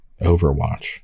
Overwatch